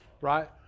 right